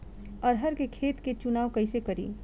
अरहर के खेत के चुनाव कईसे करी?